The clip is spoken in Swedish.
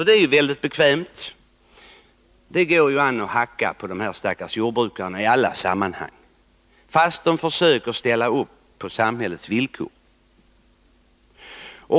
Det är mycket bekvämt — det går an att hacka på de stackars jordbrukarna i alla sammanhang, fastän de försöker att ställa upp på samhällets villkor.